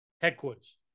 Headquarters